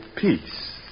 peace